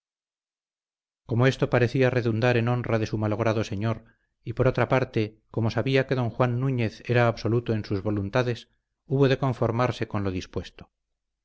como esto parecía redundar en honra de su malogrado señor y por otra parte como sabía que don juan núñez era absoluto en sus voluntades hubo de conformarse con lo dispuesto